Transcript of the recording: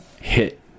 hit